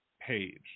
page